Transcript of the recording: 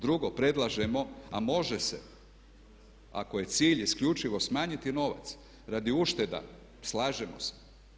Drugo predlažemo, a može se, ako je cilj isključivo smanjiti novac radi ušteda, slažemo se.